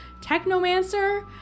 Technomancer